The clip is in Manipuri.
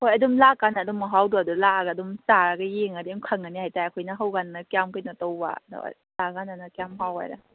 ꯍꯣꯏ ꯑꯗꯨꯝ ꯂꯥꯛꯀꯥꯟꯗ ꯑꯗꯨꯝ ꯃꯍꯥꯎꯗꯣ ꯑꯗꯨ ꯂꯥꯑꯒ ꯑꯗꯨꯝ ꯆꯥꯔꯒ ꯌꯦꯡꯉꯗꯤ ꯑꯗꯨꯝ ꯈꯪꯉꯅꯤ ꯍꯥꯏꯇꯥꯔꯦ ꯑꯩꯈꯣꯏꯅ ꯍꯧꯕꯀꯥꯟꯗꯅ ꯀꯌꯥꯝ ꯀꯩꯅꯣ ꯇꯧꯕꯗꯣ ꯂꯥꯛꯑꯀꯥꯟꯗꯅ ꯀꯌꯥꯝ ꯍꯥꯎꯕ ꯍꯥꯏꯅ